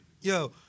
Yo